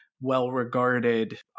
well-regarded